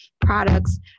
products